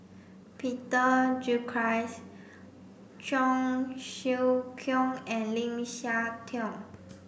Peter Gilchrist Cheong Siew Keong and Lim Siah Tong